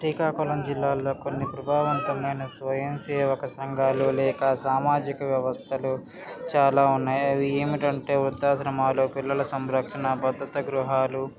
శ్రీకాకుళం జిల్లాలో కొన్ని ప్రభావంతమైన స్వయం సేవక సంఘాలు లేక సామాజిక వ్యవస్థలు చాలా ఉన్నాయి అవి ఏమిటంటే వృద్ధాశ్రమాలు పిల్లల సంరక్షణ భద్రత గృహాలు